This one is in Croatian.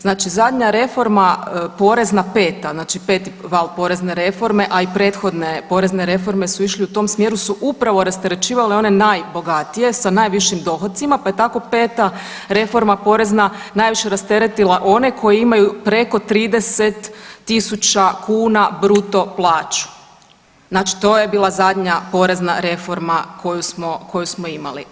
Znači zadnja reforma porezna peta, znači peti val porezne reforme, a i prethodne porezne reforme su išli u tom smjeru su upravo rasterećivale one najbogatije sa najvišim dohocima, pa je tako peta reforma porezna najviša rasteretila one koji imaju preko 30.000 kuna bruto plaću, znači to je bila zadnja porezna reforma koju smo, koju smo imali.